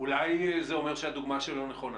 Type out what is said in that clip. אולי זה אומר שהדוגמה שלו היא נכונה?